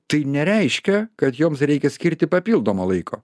tai nereiškia kad joms reikia skirti papildomo laiko